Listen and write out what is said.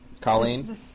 Colleen